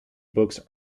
books